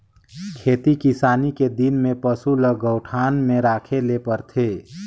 खेती किसानी के दिन में पसू ल गऊठान में राखे ले परथे